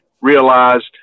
realized